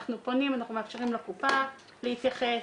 אנחנו פונים, אנחנו מאפשרים לקופה להתייחס,